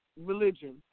religion